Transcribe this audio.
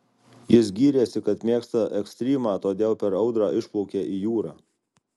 jis gyrėsi kad mėgsta ekstrymą todėl per audrą išplaukė į jūrą